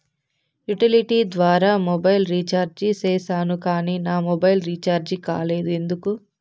Utility ద్వారా mobile recharge సేసాను కానీ నా మొబైల్ రీచార్జి కాలేదు ఎందుకు?